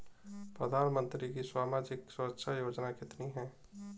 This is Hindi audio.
प्रधानमंत्री की सामाजिक सुरक्षा योजनाएँ कितनी हैं?